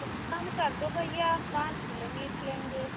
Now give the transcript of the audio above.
कुछ कम कर दो भैया हम पाँच किलो मीट लेंगे